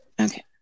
okay